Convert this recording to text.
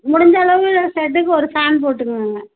முடிஞ்ச அளவு ஷெட்டுக்கு ஒரு ஃபேன் போட்டுக்கோங்க